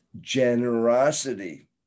generosity